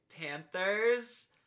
Panthers